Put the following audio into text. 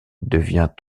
devient